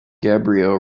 gabriel